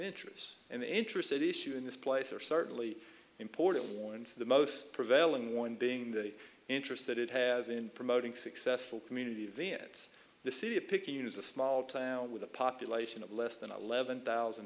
interests and the interested issue in this place are certainly important ones the most prevailing one being the interest that it has in promoting successful community events the city of picayune is a small town with a population of less than eleven thousand